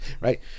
right